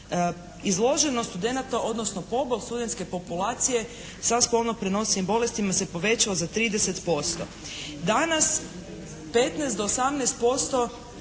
izloženo studenata odnosno pobol studentske populacije sa spolno prenosivim bolestima se povećao za 30%. Danas 15%